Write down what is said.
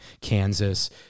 Kansas